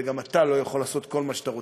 וגם אתה לא יכול לעשות כל מה שאתה רוצה.